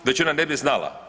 Većina ne bi znala.